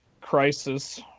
crisis